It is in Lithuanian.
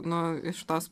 nu iš tos